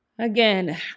Again